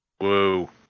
Whoa